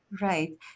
Right